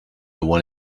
want